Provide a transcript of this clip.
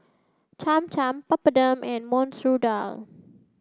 Cham Cham Papadum and Masoor Dal